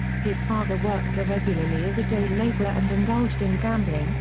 his father worked irregularly as a day laborer and indulged in gambling,